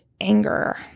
anger